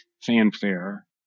fanfare